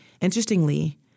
Interestingly